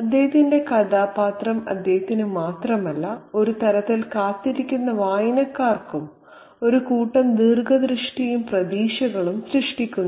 അദ്ദേഹത്തിന്റെ കഥാപാത്രം അദ്ദേഹത്തിന് മാത്രമല്ല ഒരു തരത്തിൽ കാത്തിരിക്കുന്ന വായനക്കാർക്കും ഒരു കൂട്ടം ദീർഘ ദൃഷ്ടിയും പ്രതീക്ഷകളും സൃഷ്ടിക്കുന്നു